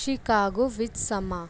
Chicago ਵਿੱਚ ਸਮਾਂ